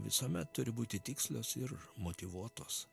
visuomet turi būti tikslios ir motyvuotos